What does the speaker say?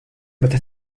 meta